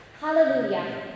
Hallelujah